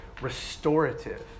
restorative